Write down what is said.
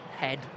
head